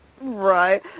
Right